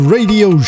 Radio